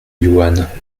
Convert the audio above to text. yunnan